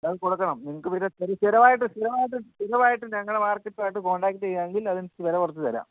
അത് കൊടുക്കണം നിങ്ങൾക്ക് പിന്നെ സ്ഥിരമായിട്ടും സ്ഥിരമായിട്ടും സ്ഥിരമായിട്ടും ഞങ്ങളെ മാർക്കറ്റുമായിട്ട് കോൺടാക്ട് ചെയ്യുമെങ്കിൽ അതനുസരിച്ച് വില കുറച്ച് തരാം